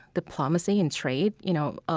diplomacy, and trade. you know ah